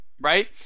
right